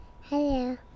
Hello